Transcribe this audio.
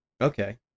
Okay